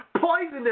poisonous